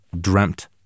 dreamt